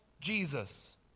Jesus